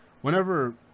whenever